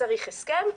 צריך הסכם.